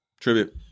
tribute